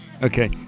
Okay